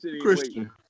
Christian